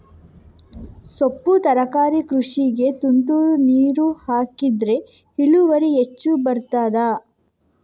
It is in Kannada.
ಸೊಪ್ಪು ತರಕಾರಿ ಕೃಷಿಗೆ ತುಂತುರು ನೀರು ಹಾಕಿದ್ರೆ ಇಳುವರಿ ಹೆಚ್ಚು ಬರ್ತದ?